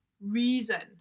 reason